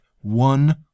one